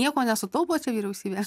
nieko nesutaupo čia vyriausybė